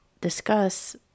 discuss